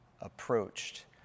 approached